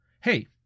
Hey